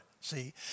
See